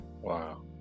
Wow